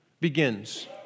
begins